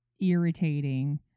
irritating